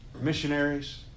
Missionaries